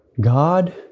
God